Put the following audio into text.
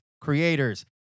creators